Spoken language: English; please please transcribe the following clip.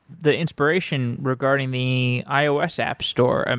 the inspiration regarding the ios app store, and